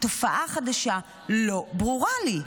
התופעה החדשה לא ברורה לי.